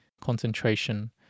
concentration